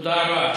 תודה רבה.